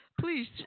Please